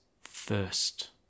first